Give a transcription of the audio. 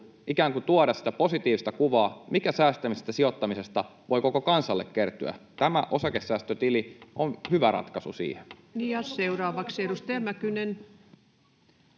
ikään kuin tuoda sitä positiivista kuvaa, mikä säästämisestä ja sijoittamisesta voi koko kansalle kertyä. Tämä osakesäästötili on hyvä ratkaisu siihen. [Jussi Saramo: